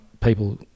people